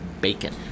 BACON